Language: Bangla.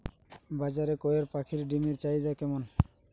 বাজারে কয়ের পাখীর ডিমের চাহিদা কেমন?